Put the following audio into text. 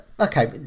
Okay